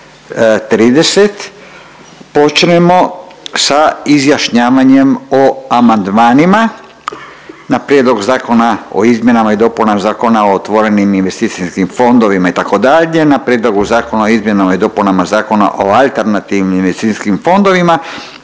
30 počnemo sa izjašnjavanjem o amandmanima na Prijedlog zakona o izmjenama i dopunama Zakona o otvorenim investicijskim fondovima itd., na Prijedlogu zakona o izmjenama i dopunama Zakona o alternativnim investicijskim fondovima